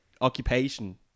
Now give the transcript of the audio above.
occupation